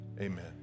amen